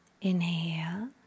Inhale